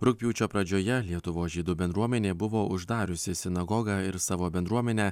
rugpjūčio pradžioje lietuvos žydų bendruomenė buvo uždariusi sinagogą ir savo bendruomenę